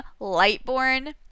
lightborn